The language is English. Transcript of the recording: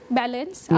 balance